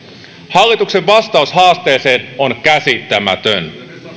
hallituksen vastaus haasteeseen on käsittämätön